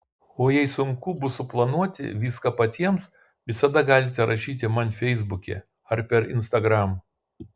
o jei sunku bus suplanuoti viską patiems visada galite rašyti man feisbuke ar per instagram